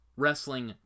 wrestling